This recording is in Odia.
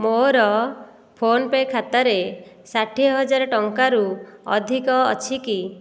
ମୋର ଫୋନ୍ପେ' ଖାତାରେ ଷାଠିଏ ହଜାର ଟଙ୍କାରୁ ଅଧିକ ଅଛି କି